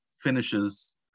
finishes